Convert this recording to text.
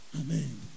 Amen